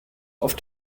auf